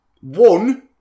one